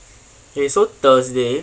okay so thursday